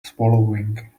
swallowing